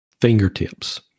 fingertips